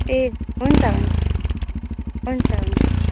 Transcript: ए हन्छ हुन्छ हुन्छ हुन्छ